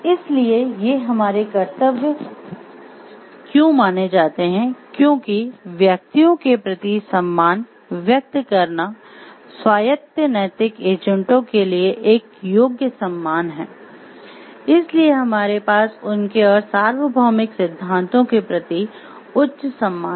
इसलिए ये हमारे कर्तव्य क्यों माने जाते हैं क्योंकि व्यक्तियों के प्रति सम्मान व्यक्त करना स्वायत्त नैतिक एजेंटों के लिए एक योग्य सम्मान हैइसलिए हमारे पास उनके और सार्वभौमिक सिद्धांतों के प्रति उच्च सम्मान है